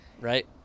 right